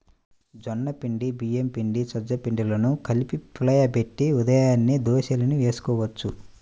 జొన్న పిండి, బియ్యం పిండి, సజ్జ పిండిలను కలిపి పులియబెట్టి ఉదయాన్నే దోశల్ని వేసుకోవచ్చు